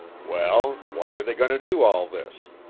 well, why are they goin' to do all this?